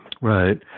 Right